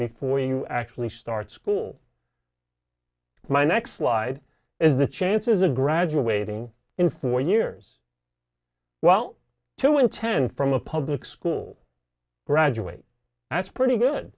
before you actually start school my next slide is the chances of graduating in four years while two in ten from a public school graduate that's pretty good